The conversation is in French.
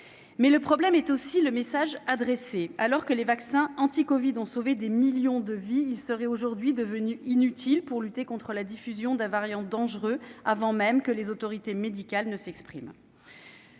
? Le problème tient aussi au message adressé. Alors que les vaccins anti-covid ont sauvé des millions de vies, ils seraient aujourd'hui devenus inutiles pour lutter contre la diffusion d'un variant dangereux, avant même que les autorités médicales ne s'expriment